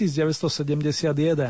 1971